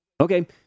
Okay